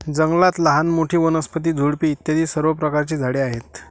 जंगलात लहान मोठी, वनस्पती, झुडपे इत्यादी सर्व प्रकारची झाडे आहेत